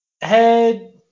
head